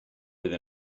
iddyn